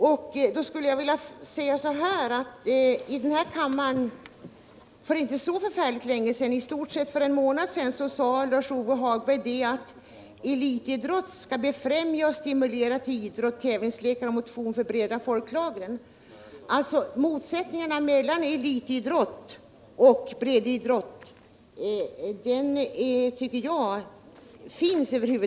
För ca en månad sedan sade Lars-Ove Hagberg här i kammaren att elitidrott skall befrämja och stimulera till idrott, tävlingslekar och motion för de breda folklagren. Jag tycker inte att det finns några motsättningar mellan breddidrott och elitidrott.